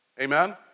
Amen